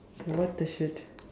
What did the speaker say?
what the shit